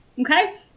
Okay